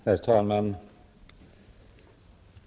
Herr talman!